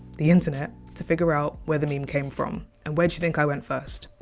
the internet to figure out where the meme came from. and where do you think i went first?